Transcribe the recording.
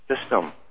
system